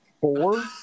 Four